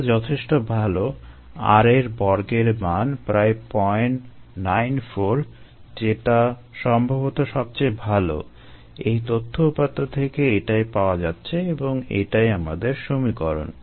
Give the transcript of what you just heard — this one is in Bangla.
এটা যথেষ্ট ভাল R এর বর্গের মান প্রায় 094 যেটা সম্ভবত সবচেয়ে ভাল এই তথ্য উপাত্ত থেকে এটাই পাওয়া যাচ্ছে এবং এটাই আমাদের সমীকরণ